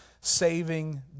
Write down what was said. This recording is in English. saving